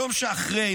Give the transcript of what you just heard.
היום שאחרי,